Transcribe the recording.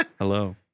Hello